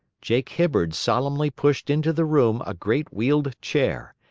jake hibbard solemnly pushed into the room a great wheeled chair,